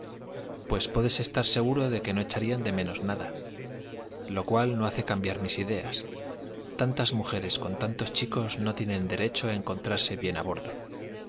pues puedes estar seguro de que nó echarían de menos nada lo cual no hace cambiar mis ideas tantas mujeres con tantos chicos no tienen derecho a encontrarse bien a bordo